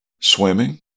swimming